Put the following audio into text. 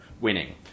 winning